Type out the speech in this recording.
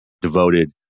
devoted